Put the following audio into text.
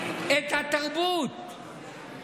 לא אמרתי.